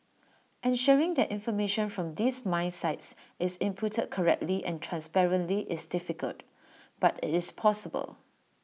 ensuring that information from these mine sites is inputted correctly and transparently is difficult but IT is possible